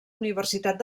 universitat